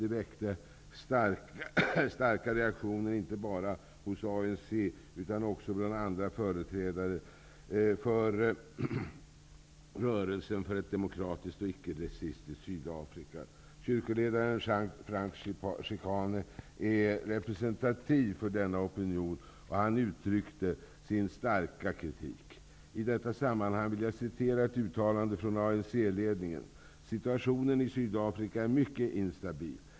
Det väckte starka reaktioner, inte bara hos ANC utan även bland andra företrädare för Rörelsen för ett demokratiskt och icke-rasistiskt Sydafrika. Kyrkoledaren Franck Cichane är representativ för denna opinion. Han uttryckte sin starka kritik. I detta sammanhang vill jag referera ett uttalande från ANC-ledningen: Situationen i Sydafrika är mycket instabil.